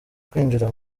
kwinjira